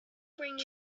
bring